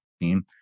team